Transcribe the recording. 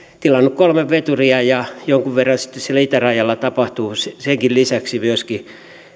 tilannut kolme veturia ja jonkun verran sitten siellä itärajalla tapahtuu senkin lisäksi myöskin